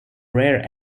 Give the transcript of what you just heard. rare